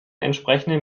entsprechende